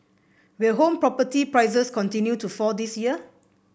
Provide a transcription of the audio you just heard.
will home property prices continue to fall this year